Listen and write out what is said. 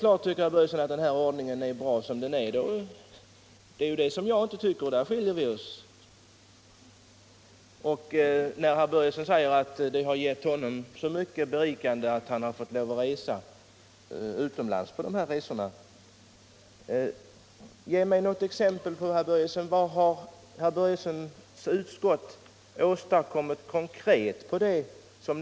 På den här punkten har alltså herr Börjesson i Falköping och jag skilda meningar. Herr Börjesson säger att det har varit så berikande för honom att få resa utomlands, men ge mig då något exempel. Vad har herr Börjessons utskott åstadkommit konkret efter resorna?